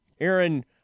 Aaron